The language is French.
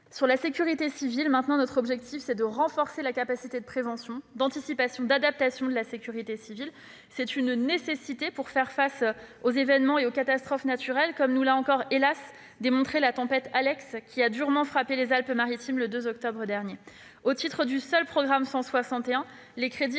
à la sécurité civile, notre objectif est de renforcer sa capacité de prévention, d'anticipation et d'adaptation. C'est une nécessité pour faire face aux événements et aux catastrophes naturelles, comme nous l'a encore, hélas, démontré la tempête Alex, qui a durement frappé les Alpes-Maritimes le 2 octobre dernier. Au titre du seul programme 161, les crédits